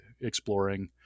exploring